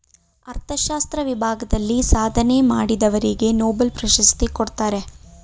ಅರ್ಥಶಾಸ್ತ್ರ ವಿಭಾಗದಲ್ಲಿ ಸಾಧನೆ ಮಾಡಿದವರಿಗೆ ನೊಬೆಲ್ ಪ್ರಶಸ್ತಿ ಕೊಡ್ತಾರೆ